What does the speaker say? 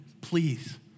Please